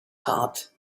heart